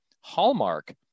Hallmark